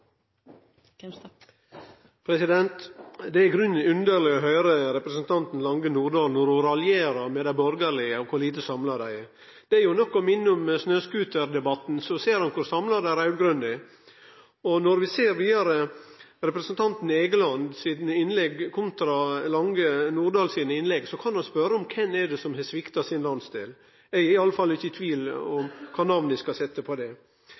kor lite samla dei er. Det er nok å minne om snøscooter-debatten, så ser ein kor samla dei raud-grøne er! Og vidare, når vi ser representanten Egeland sine innlegg kontra Lange Nordahl sine innlegg, kan ein jo spørje kven som har svikta sin landsdel. Eg er iallfall ikkje i tvil om kva namn eg skal setje på det.